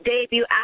debut